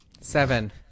Seven